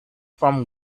from